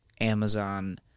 Amazon